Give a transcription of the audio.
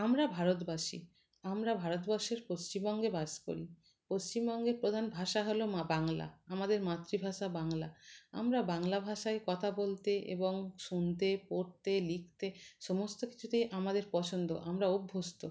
আমরা ভারতবাসী আমরা ভারতবর্ষের পশ্চিমবঙ্গে বাস করি পশ্চিমবঙ্গের প্রধান ভাষা হলো মা বাংলা আমাদের মাতৃভাষা বাংলা আমরা বাংলা ভাষায় কথা বলতে এবং শুনতে পড়তে লিখতে সমস্ত কিছুতে আমাদের পছন্দ আমরা অভ্যস্ত